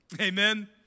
Amen